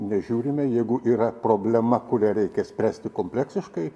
nežiūrime jeigu yra problema kurią reikia spręsti kompleksiškai